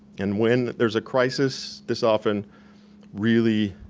and when there's a crisis, this often really